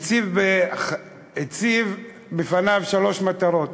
הוא הציב בפניו שלוש מטרות.